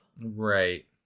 Right